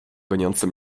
goniące